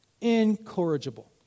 Incorrigible